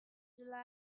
july